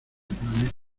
planeta